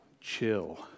chill